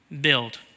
build